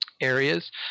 areas